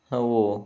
ಅವು